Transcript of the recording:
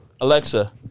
Alexa